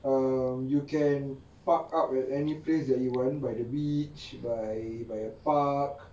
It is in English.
um you can park up at any place that you want by the beach by by a park